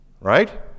Right